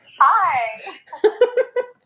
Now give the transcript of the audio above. Hi